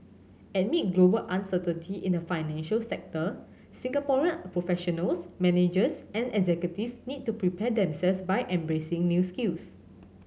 amid global uncertainty in the financial sector Singaporean professionals managers and executives need to prepare themselves by embracing new skills